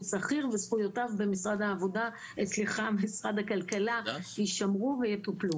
הוא שכיר וזכויותיו במשרד הכלכלה ישמרו ויטופלו.